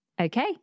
okay